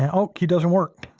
and oh, it doesn't work.